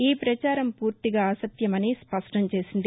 ఈ ప్రచారం పూర్తిగా అసత్యమని స్పష్టంచేసింది